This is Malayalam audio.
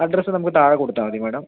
അഡ്രസ്സ് നമുക്ക് താഴെ കൊടുത്താൽ മതി മേഡം